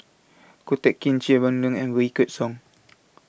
Ko Teck Kin Chia Boon Leong and Wykidd Song